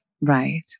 right